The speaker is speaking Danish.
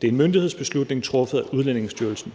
Det er en myndighedsbeslutning truffet af Udlændingestyrelsen.